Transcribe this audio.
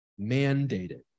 mandated